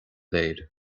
léir